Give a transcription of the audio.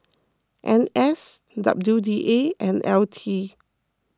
N S W D A and L T